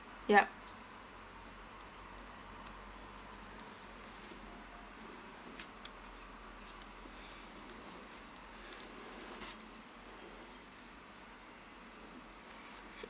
yup